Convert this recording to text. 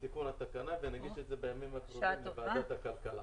לתיקון התקנה ונגיש את זה בימים הקרובים לוועדת הכלכלה.